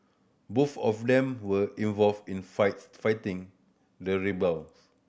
both of them were involved in flights fighting the rebels